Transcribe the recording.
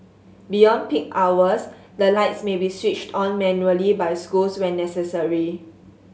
beyond peak hours the lights may be switched on manually by schools when necessary